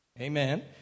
Amen